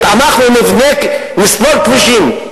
אנחנו נסלול כבישים.